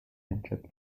venture